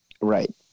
Right